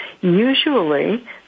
usually